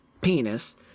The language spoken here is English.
penis